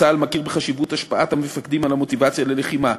צה"ל מכיר בחשיבות השפעת המפקדים על המוטיבציה ללחימה,